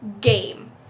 game